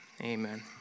amen